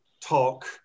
talk